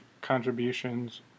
contributions